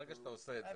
ברגע שאתה עושה את